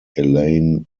elaine